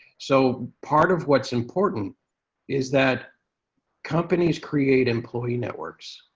so part of what's important is that companies create employee networks.